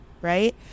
right